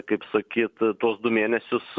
kaip sakyt tuos du mėnesius